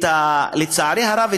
לצערי הרב,